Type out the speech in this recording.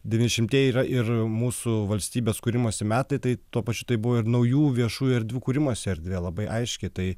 devyniasdešimtieji yra ir mūsų valstybės kūrimosi metai tai tuo pačiu tai buvo ir naujų viešųjų erdvių kūrimas erdvė labai aiški tai